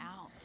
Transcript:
out